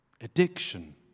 Addiction